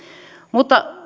mutta